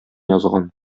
язган